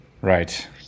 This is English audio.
Right